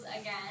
again